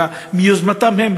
אלא מיוזמתם הם.